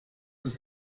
ist